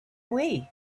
wii